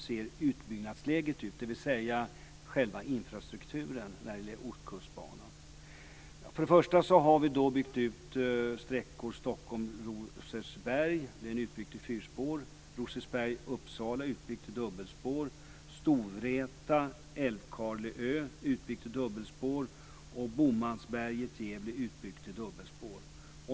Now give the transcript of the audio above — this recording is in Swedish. Först och främst har vi byggt ut sträckorna Stockholm-Rosersberg till fyrspår, Rosersberg-Uppsala är utbyggd till dubbelspår, Storvreta-Älvkarleö är utbyggd till dubbelspår, Bomansberget-Gävle är utbyggd till dubbelspår.